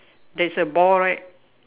there is a ball right